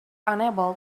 unable